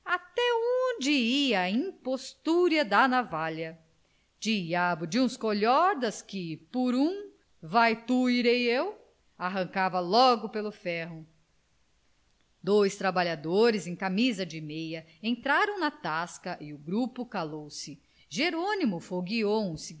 ia a impostura da navalha diabo de um calhorda que por um vai tu irei eu arrancava logo pelo ferro dois trabalhadores em camisa de meia entraram na tasca e o grupo calou-se